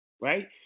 right